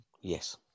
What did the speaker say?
Yes